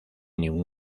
ningún